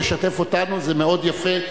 לשתף אותנו זה מאוד יפה.